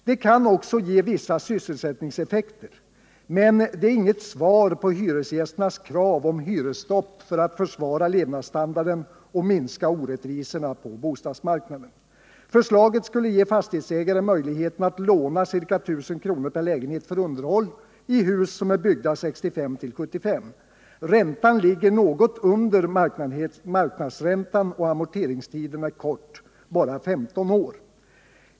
De kan också ge vissa sysselsättningseffekter, men de är inget svar på hyresgästernas krav på hyresstopp för att försvara levnadsstandarden och minska orättvisorna på bostadsmarknaden. Förslaget skulle ge fastighetsägare möjlighet att låna ca 1 000 kr. per lägenhet för underhåll i hus som är byggda 1965-1975. Räntan ligger något under marknadsräntan och amorteringstiden är kort, bara 15 år.